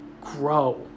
Grow